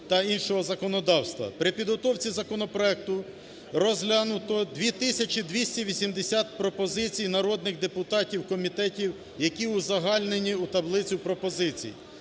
При підготовці законопроекту розглянуто 2 тисячі 280 пропозицій народних депутатів в комітеті, які узагальнені у таблицю пропозицій.